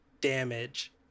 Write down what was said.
damage